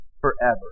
forever